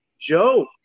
joe